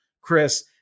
Chris